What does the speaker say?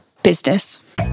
Business